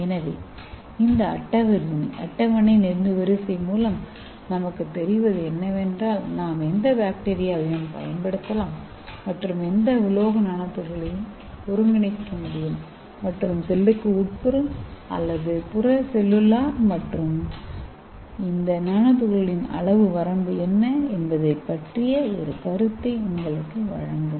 எனவே இந்த அட்டவணை நெடுவரிசைமூலம் நமக்கு தெரிவது என்னவென்றால் நாம் எந்த பாக்டீரியாக்களைப் பயன்படுத்தலாம் மற்றும் எந்த உலோக நானோ துகள்களை ஒருங்கிணைக்க முடியும் மற்றும் செல்லுக்கு உட்புறம் அல்லது புற செல்லுலார் மற்றும் இந்த நானோ துகள்களின் அளவு வரம்பு என்ன என்பது பற்றிய ஒரு கருத்தை உங்களுக்கு வழங்கும்